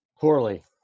Poorly